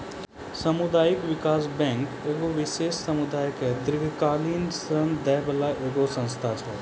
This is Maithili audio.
समुदायिक विकास बैंक एगो विशेष समुदाय के दीर्घकालिन ऋण दै बाला एगो संस्था छै